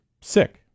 sick